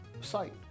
site